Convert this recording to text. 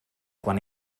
quan